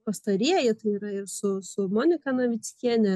pastarieji tai yra ir su su monika navickiene